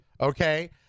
Okay